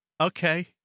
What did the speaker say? Okay